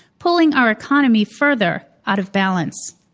pulling our economy further out of balance.